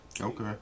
Okay